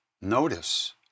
notice